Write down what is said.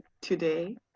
today